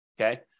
okay